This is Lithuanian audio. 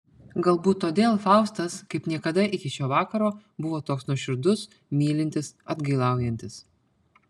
galbūt todėl faustas kaip niekada iki šio vakaro buvo toks nuoširdus mylintis atgailaujantis